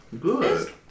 Good